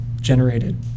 generated